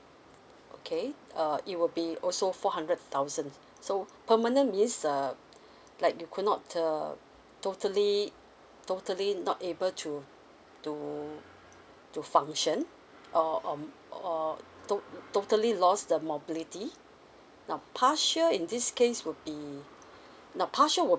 okay uh it will be also four hundred thousand so permanent means uh like you could not uh totally totally not able to to to function or um or tot~ totally lost the mobility now partial in this case would be now partial would